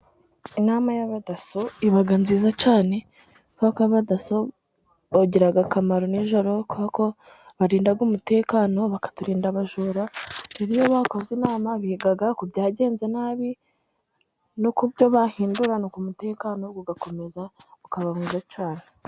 Inama y'abadasso iba nziza cyane, kubera ko abadasso bagira akamaro nijoro kuko barinda umutekano bakaturinda abajura iyo bakoze inama biga ku byagenze nabi no ku byo bahindura nuko umutekano ugakomeza ukaba mwiza cyane.